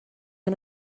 han